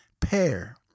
pair